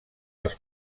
als